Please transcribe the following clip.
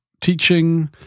Teaching